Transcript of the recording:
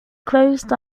closed